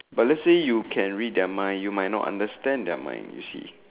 but let's say you can read their mind you might not understand their mind you see